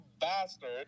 bastard